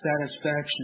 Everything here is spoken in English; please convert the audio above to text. satisfaction